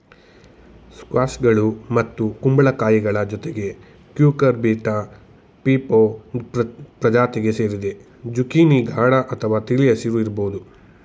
ಸ್ಕ್ವಾಷ್ಗಳು ಮತ್ತು ಕುಂಬಳಕಾಯಿಗಳ ಜೊತೆಗೆ ಕ್ಯೂಕರ್ಬಿಟಾ ಪೀಪೊ ಪ್ರಜಾತಿಗೆ ಸೇರಿದೆ ಜುಕೀನಿ ಗಾಢ ಅಥವಾ ತಿಳಿ ಹಸಿರು ಇರ್ಬೋದು